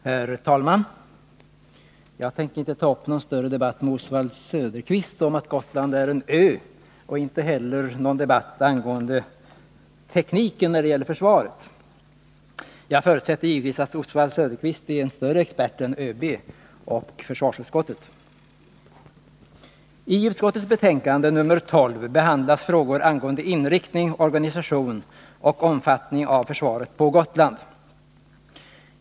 Herr talman! Jag tänker inte ta upp någon större debatt med Oswald Söderqvist om att Gotland är en ö och inte heller någon debatt angående tekniken när det gäller försvaret. Jag förutsätter givetvis att Oswald Söderqvist är en större expert än ÖB och försvarsutskottet. I försvarsutskottets betänkande nr 12 behandlas frågor angående inriktning, organisation och omfattning av försvaret på Gotland.